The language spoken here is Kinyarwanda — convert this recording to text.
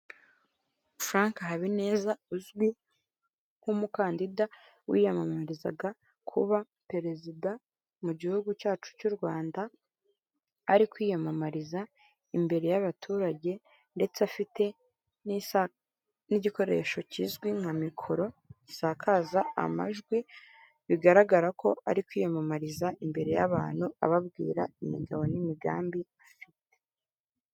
Frank Habineza uzwi nk'umukandida wiyamamarizaga kuba perezida mu gihugu cyacu cy'u Rwanda ari kwiyamamariza imbere y'abaturage ndetse afite n'isa n'igikoresho kizwi nka mikoro gisakaza amajwi, bigaragara ko ari kwiyamamariza imbere y'abantu ababwira imigabo n'imigambi afite.